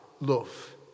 love